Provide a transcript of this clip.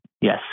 yes